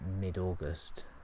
mid-August